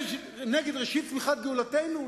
נגד ראשית צמיחת גאולתנו?